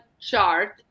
chart